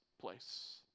place